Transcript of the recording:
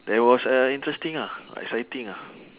that was a interesting ah exciting ah